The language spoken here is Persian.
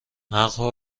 عقل